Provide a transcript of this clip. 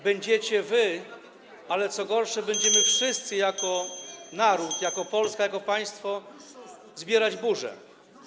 będziecie wy, ale, co gorsza, będziemy wszyscy jako naród, jako Polska, jako państwo, zbierać burzę.